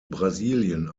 brasilien